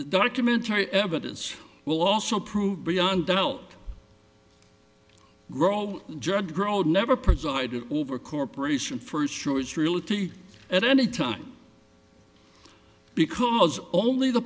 documentary evidence will also prove beyond doubt grow judd grow never presided over corporation first choice realty at any time because only the